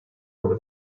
over